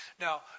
Now